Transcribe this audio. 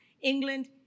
England